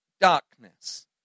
darkness